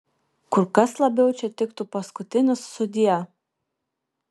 kur kas labiau čia tiktų paskutinis sudie